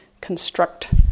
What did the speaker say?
construct